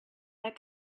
that